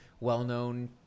well-known